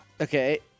Okay